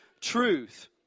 truth